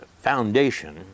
Foundation